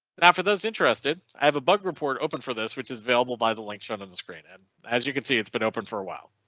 and for those interested, i have a bug report open for this which is available by the link shown on the screen and as you can see it's been but open for awhile.